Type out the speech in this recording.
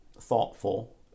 thoughtful